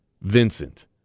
Vincent